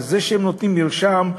הם נותנים מרשם,